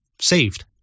saved